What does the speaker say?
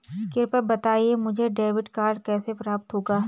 कृपया बताएँ मुझे डेबिट कार्ड कैसे प्राप्त होगा?